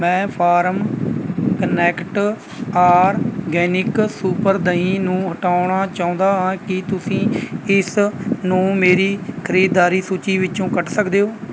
ਮੈਂ farm connect organic super ਦਹੀ ਨੂੰ ਹਟਾਉਣਾ ਚਾਹੁੰਦਾ ਹਾਂ ਕੀ ਤੁਸੀਂ ਇਸਨੂੰ ਮੇਰੀ ਖਰੀਦਦਾਰੀ ਸੂਚੀ ਵਿੱਚੋਂ ਕੱਟ ਸਕਦੇ ਹੋ